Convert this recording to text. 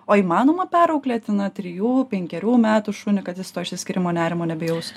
o įmanoma perauklėti na trijų penkerių metų šunį kad jis to išsiskyrimo nerimo nebejaustų